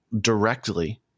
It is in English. directly